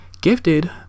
Gifted